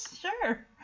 sure